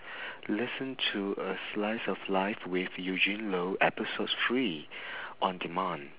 listen to a slice of life with eugene loh episode three on demand